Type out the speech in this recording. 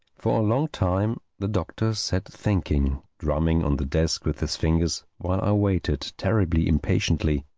for a long time the doctor sat thinking, drumming on the desk with his fingers, while i waited, terribly impatiently,